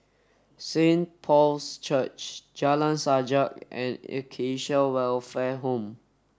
Saint Paul's Church Jalan Sajak and Acacia Welfare Home